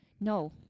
No